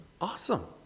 awesome